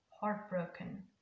heartbroken